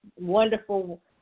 wonderful